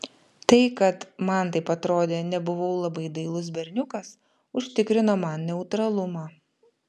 tai kad man taip atrodė nebuvau labai dailus berniukas užtikrino man neutralumą